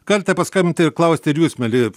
galite paskambinti ir klausti ir jūs mieli